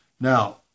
Now